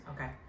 okay